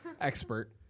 expert